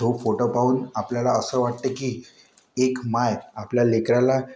तो फोटो पाहून आपल्याला असं वाटतं की एक माय आपल्या लेकराला